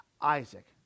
Isaac